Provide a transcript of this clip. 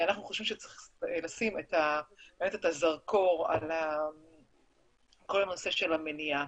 אנחנו חושבים שצריך לשים את הזרקור על כל הנושא של המניעה.